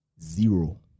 zero